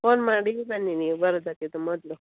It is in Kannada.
ಫೋನ್ ಮಾಡಿ ಬನ್ನಿ ನೀವು ಬರೋದಕ್ಕಿಂತ ಮೊದಲು